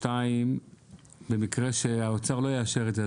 שתיים במקרה שהאוצר לא יאשר את זה,